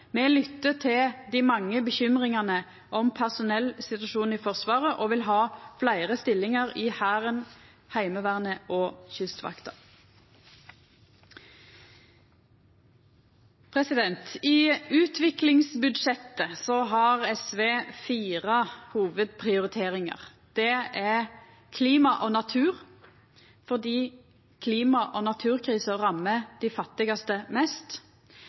og vil ha fleire stillingar i Hæren, Heimevernet og Kystvakta. I utviklingsbudsjettet har SV fire hovudprioriteringar. Det er klima og natur fordi klima- og naturkrisa rammar dei fattigaste mest.